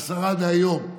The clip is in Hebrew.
השרה דהיום,